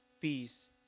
peace